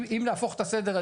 אם נהפוך את הסדר,